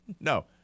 No